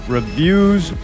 Reviews